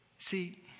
See